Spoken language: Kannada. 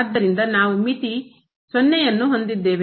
ಆದ್ದರಿಂದ ನಾವು ಮಿತಿ ಯನ್ನು ಹೊಂದಿದ್ದೇವೆ